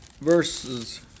verses